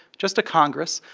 just a congress.